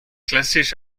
klassisch